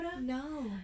no